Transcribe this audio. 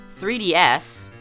3DS